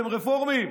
אתם רפורמים.